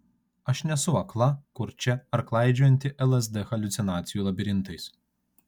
aš nesu akla kurčia ar klaidžiojanti lsd haliucinacijų labirintais